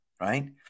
right